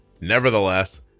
nevertheless